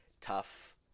tough